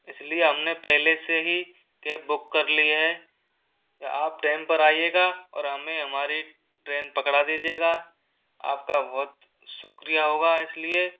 इसलिए हमने पहले से ही केब बुक कर ली है आप टाइम पर आएगा और हमें हमारी ट्रेन पकड़ा दीजिएगा आपका बहुत शुक्रिया होगा इसलिए